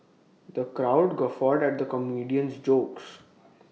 the crowd guffawed at the comedian's jokes